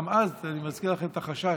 גם אז אני מזכיר לכם את החשש.